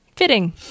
fitting